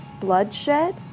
Bloodshed